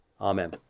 Amen